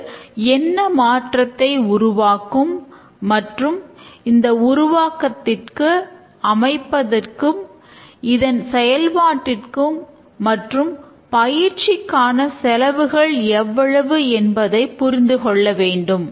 இது என்ன மாற்றத்தை உருவாக்கும் மற்றும் இதன் உருவாக்கத்திற்கு அமைப்பதற்கு இதன் செயல்பாட்டிற்கு மற்றும் பயிற்சிக்கான செலவுகள் எவ்வளவு என்பதை புரிந்து கொள்ள வேண்டும்